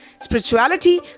Spirituality